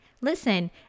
Listen